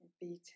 beating